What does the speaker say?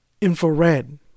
infrared